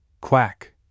Quack